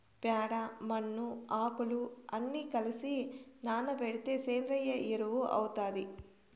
ప్యాడ, మన్ను, ఆకులు అన్ని కలసి నానబెడితే సేంద్రియ ఎరువు అవుతాది